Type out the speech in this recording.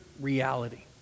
reality